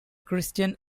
christian